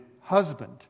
husband